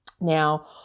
Now